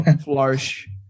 Flourish